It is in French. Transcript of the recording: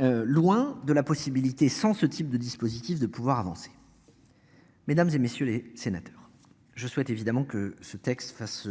Loin de la possibilité sans ce type de dispositif de pouvoir avancer. Mesdames, et messieurs les sénateurs. Je souhaite évidemment que ce texte fasse.